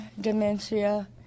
dementia